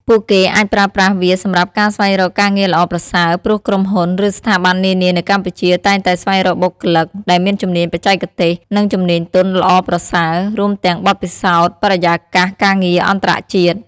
ពួកគេអាចប្រើប្រាស់វាសម្រាប់ការស្វែងរកការងារល្អប្រសើរ ព្រោះក្រុមហ៊ុន ឬស្ថាប័ននានានៅកម្ពុជាតែងតែស្វែងរកបុគ្គលិកដែលមានជំនាញបច្ចេកទេស និងជំនាញទន់ល្អប្រសើរ រួមទាំងបទពិសោធន៍ពីបរិយាកាសការងារអន្តរជាតិ។